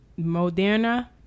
moderna